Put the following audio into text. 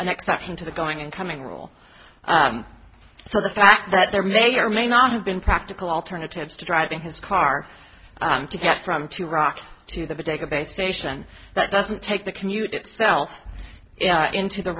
an exception to the going and coming rule so the fact that there may or may not have been practical alternatives to driving his car to get from to rock to the database station that doesn't take the commute itself into the